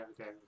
okay